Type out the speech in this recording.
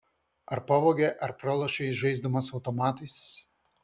ar pavogė ar pralošei žaisdamas automatais